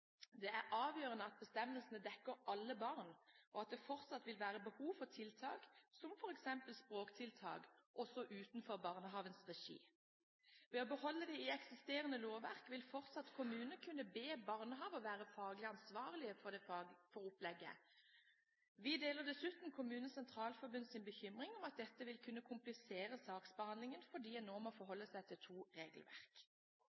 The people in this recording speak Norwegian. Det er avgjørende at bestemmelsene dekker alle barn, og det vil fortsatt være behov for tiltak, som f.eks. språktiltak, også utenfor barnehagens regi. Ved å beholde det i eksisterende lovverk vil fortsatt kommunene kunne be barnehager være ansvarlige for det faglige opplegget. Vi deler dessuten KS’ bekymring for at dette vil kunne komplisere saksbehandlingen fordi en nå må